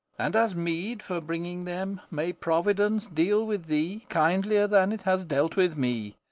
and as meed for bringing them may providence deal with thee kindlier than it has dealt with me!